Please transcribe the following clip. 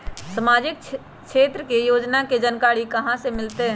सामाजिक क्षेत्र के योजना के जानकारी कहाँ से मिलतै?